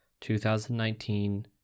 2019